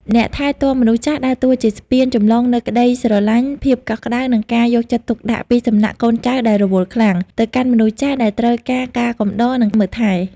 អ្នកថែទាំមនុស្សចាស់ដើរតួជាស្ពានចម្លងនូវក្ដីស្រឡាញ់ ភាពកក់ក្ដៅ និងការយកចិត្តទុកដាក់ពីសំណាក់កូនចៅដែលរវល់ខ្លាំង ទៅកាន់មនុស្សចាស់ដែលត្រូវការការកំដរ និងមើលថែ។